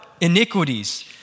iniquities